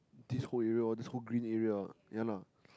this whole area all this whole green area ya lah